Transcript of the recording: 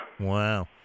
Wow